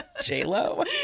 J-Lo